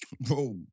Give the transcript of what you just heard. bro